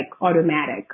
automatic